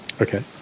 Okay